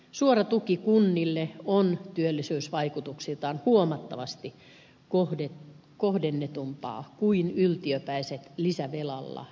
suora tuki kunnille on työllisyysvaikutuksiltaan huomattavasti kohdennetumpaa kuin yltiöpäiset lisävelalla rahoitettavat veronalennukset